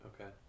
Okay